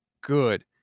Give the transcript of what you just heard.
good